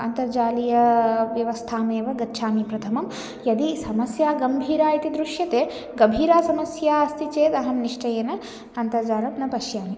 अन्तर्जालीयव्यवस्थामेव गच्छामि प्रथमं यदि समस्या गभीरा इति दृश्यते गभीरा समस्या अस्ति चेद् अहं निश्चयेन अन्तर्जालं न पश्यामि